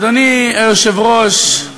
אדוני היושב-ראש,